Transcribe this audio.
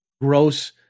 Gross